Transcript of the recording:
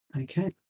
Okay